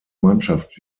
mannschaft